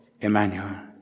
Emmanuel